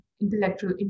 intellectual